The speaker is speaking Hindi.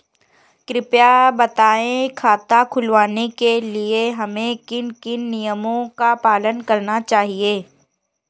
कृपया बताएँ खाता खुलवाने के लिए हमें किन किन नियमों का पालन करना चाहिए?